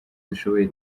dushoboye